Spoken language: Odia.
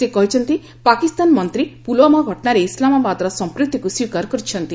ସେ କହିଛନ୍ତି ପାକିସ୍ତାନ ମନ୍ତ୍ରୀ ପୁଲଓ୍ପାମା ଘଟଣାରେ ଇସଲାମାବାଦର ସଂପୃକ୍ତିକୁ ସ୍ୱୀକାର କରିଛନ୍ତି